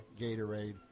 Gatorade